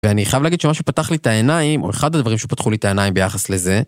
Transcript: ואני חייב להגיד שמה שפתח לי את העיניים, או אחד הדברים שפתחו לי את העיניים ביחס לזה,